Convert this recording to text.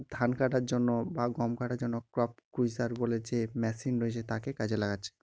ধান কাটার জন্য বা গম কাটার জন্য ক্রপ কুইজার বলে যে মেশিন রয়েছে তাকে কাজে লাগাচ্ছে